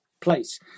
place